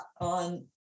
on